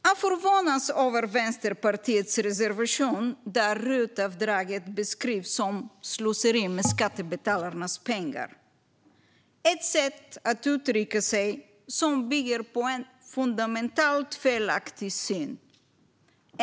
Jag förvånas över Vänsterpartiets reservation, där RUT-avdraget beskrivs som slöseri med skattebetalarnas pengar. Det är ett sätt att uttrycka sig som bygger på en fundamentalt felaktig syn.